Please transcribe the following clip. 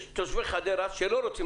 יש את תושבי חדרה והסביבה,